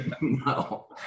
No